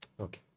Okay